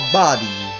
body